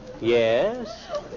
Yes